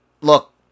look